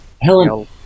Helen